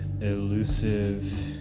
elusive